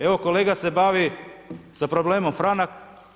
Evo kolega se bavi sa problemom franak.